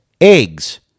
eggs